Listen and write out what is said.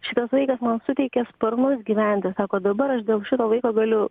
šitas vaikas man suteikė sparnus gyventi sako dabar aš dėl šito vaiko galiu